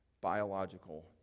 biological